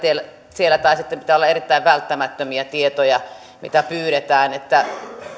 siellä tai sitten pitää olla erittäin välttämättömiä tietoja mitä pyydetään